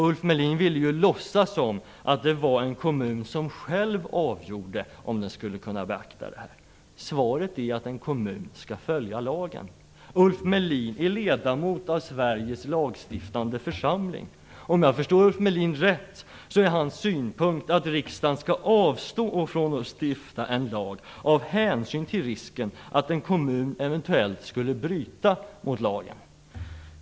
Ulf Melin ville låtsas som att det var en kommun som själv avgjorde om den skulle beakta det här. Svaret är att en kommun skall följa lagen. Ulf Om jag förstår honom rätt är hans synpunkt att riksdagen skall avstå från att stifta en lag av hänsyn till risken att en kommun eventuellt skulle bryta mot lagen.